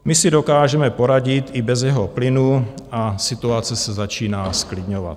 My si dokážeme poradit i bez jeho plynu a situace se začíná zklidňovat.